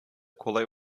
kolay